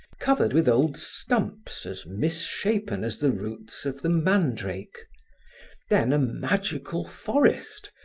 covered with old stumps as misshapen as the roots of the mandrake then a magical forest,